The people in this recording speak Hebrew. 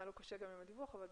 דיווח כאמור